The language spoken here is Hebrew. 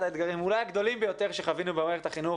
האתגרים אולי הגדולים ביותר שחווינו במערכת החינוך